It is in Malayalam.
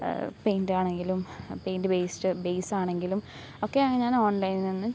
പെയിൻ്റാണെങ്കിലും പെയിൻ്റ് വേസ്റ്റ് ബേസാണെങ്കിലും ഒക്കെയാണ് ഞാൻ ഓൺലൈനിൽ നിന്ന്